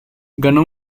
ganó